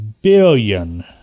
billion